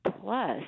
plus –